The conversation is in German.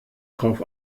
drauf